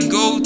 go